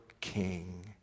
king